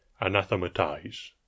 anathematize